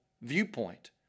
viewpoint